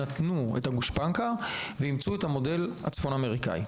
נתנו את הגושפנקה ואימצו את המודל הצפון אמריקני.